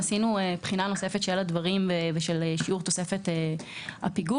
עשינו בחינה נוספת של הדברים ושל שיעור תוספת הפיגור.